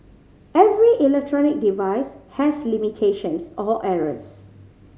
every electronic device has limitations or errors